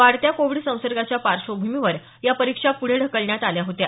वाढत्या कोविड संसर्गाच्या पार्श्वभूमीवर या परिक्षा पुढे ढकलण्यात आल्या होत्या